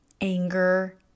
anger